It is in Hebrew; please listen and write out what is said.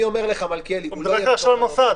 אני אומר לך, מלכיאלי, הוא לא יהיה בתוך הנוסח.